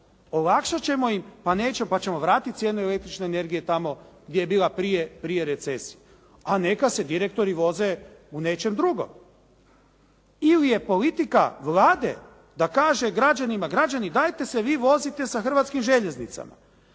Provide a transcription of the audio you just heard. olakšat ćemo im pa ćemo vratiti cijenu električne energije tamo gdje je bila prije recesije, a neka se direktori voze u nečem dugom. Ili je politika Vlade da kaže građanima, građani dajte se vi vozite sa Hrvatskim željeznicama,